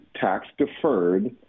tax-deferred